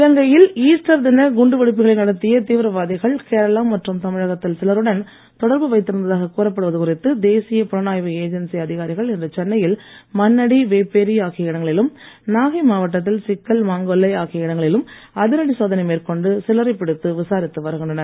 இலங்கையில் ஈஸ்டர் தின நடத்திய தீவிரவாதிகள் கேரளம் மற்றும் தமிழகத்தில் சிலருடன் தொடர்பு வைத்திருந்த்தாக கூறப்படுவது குறித்து தேசிய புலனாய்வு ஏஜென்சி அதிகாரிகள் இன்று சென்னையில் மண்ணடி வேப்பேரி ஆகிய இடங்களிலும் நாகை மாவட்டத்தில் சிக்கல் மாங்கொல்லை ஆகிய இடங்கிலும் அதிரடி சோதனை மேற்கொண்டு சிலரைப் பிடித்து விசாரித்து வருகின்றனர்